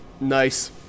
Nice